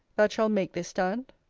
that shall make this stand?